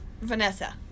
Vanessa